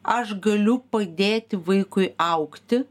aš galiu padėti vaikui augti